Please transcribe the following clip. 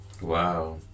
wow